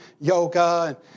yoga